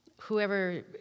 whoever